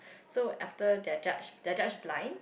so after their judge their judge blind